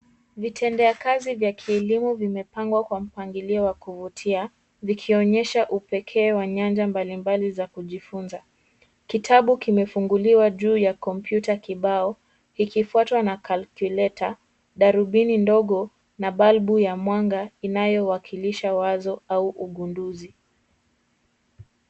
Vitendea kazi vya kielimu vimepangwa kwa mpangilio wa kuvutia, vikionyesha upekee wa nyanja mbalimbali za kujifunza. Kitabu kimefunguliwa juu ya kompyuta kibao ,ikifuatwa na calculator , darubini ndogo na balbu ya mwanga inayowakilisha wazo au ugunduzi.